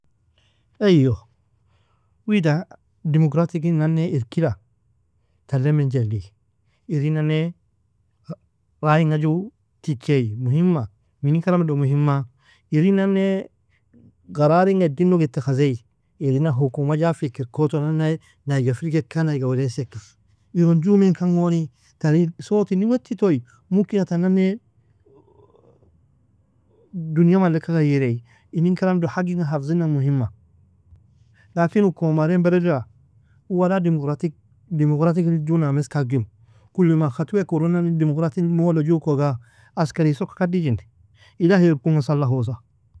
Eyyo weeda demokratiki nane irkila, tale mene jelli, Irin nane raay inga ju tichei, muhimma. Minin karam ido muhimma? Irin nane garar inga edinog ittakhazei, Irin nane hukuma jafik irkoto nane nayega firgekka nayega weleasekka, iron jumiankan goni ta inn sowat ini weti toy mumkina ta nane dunya maleka ghayirei, inin karam ido hag inga hafzina muhimma. Lakin u kumarein beledila wala demokratik demokratik la junaga miska agjiru, Kolo maa khatwek uonani demokrati mwolo ju koga askeri soka kadeejin ilahi irkunga sallahosa.